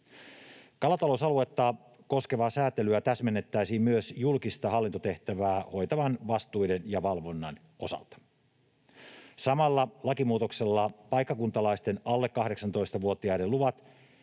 Kalatalousaluetta koskevaa säätelyä täsmennettäisiin myös julkista hallintotehtävää hoitavan vastuiden ja valvonnan osalta. Samalla lakimuutoksella paikkakuntalaisten alle 18-vuotiaiden luvat